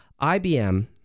IBM